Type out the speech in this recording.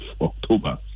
october